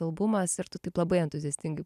albumas ir tu taip labai entuziastingai